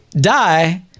die